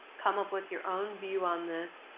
come up with your own view on this,